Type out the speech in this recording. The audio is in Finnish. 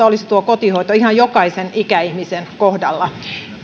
olisi laadukasta ihan jokaisen ikäihmisen kohdalla